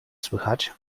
słychać